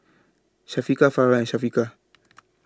Syafiqah Farah and Syafiqah